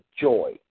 joy